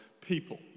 people